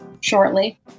shortly